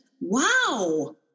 Wow